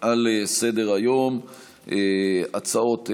על סדר-היום, הצעות אי-אמון.